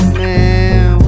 man